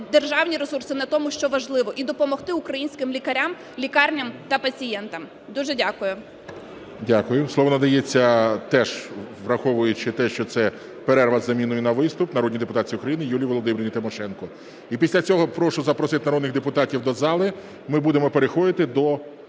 державні ресурси на тому, що важливо, і допомогти українським лікарям, лікарням та пацієнтам. Дуже дякую. ГОЛОВУЮЧИЙ. Дякую. Слово надається, теж враховуючи те, що це перерва із заміною на виступ, народній депутатці України Юлії Володимирівні Тимошенко. І після цього прошу запросити народних депутатів до зали, ми будемо переходити до